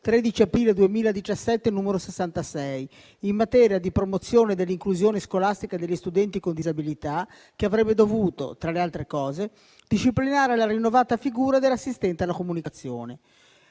13 aprile 2017, n. 66, in materia di promozione dell'inclusione scolastica degli studenti con disabilità, che avrebbe dovuto, tra le altre cose, disciplinare la rinnovata figura dell'assistente alla comunicazione.